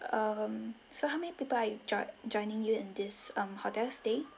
um so how many people are you join joining you in this um hotel stay